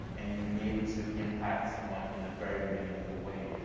and you've been able to impact someone in a very meaningful way.